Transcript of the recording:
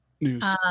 news